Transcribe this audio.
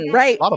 right